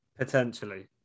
Potentially